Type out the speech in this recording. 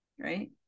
right